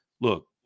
look